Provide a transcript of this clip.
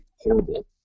horrible